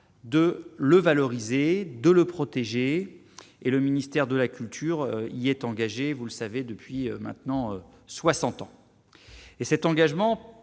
de le valoriser, de le protéger et le ministère de la culture, il est engagé, vous le savez depuis maintenant 60 ans et cet engagement